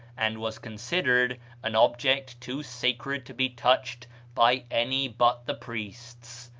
and was considered an object too sacred to be touched by any but the priests.